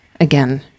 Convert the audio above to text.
Again